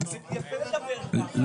זה יפה לדבר ככה.